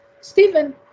Stephen